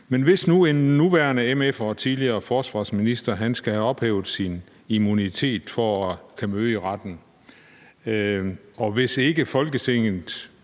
Men hvis nu en nuværende mf'er og tidligere forsvarsminister skulle have ophævet sin immunitet for at kunne møde i retten, og hvis ikke Folketinget